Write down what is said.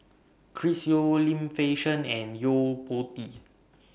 Chris Yeo Lim Fei Shen and Yo Po Tee